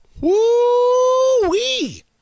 Woo-wee